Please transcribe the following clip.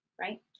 right